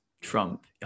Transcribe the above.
trump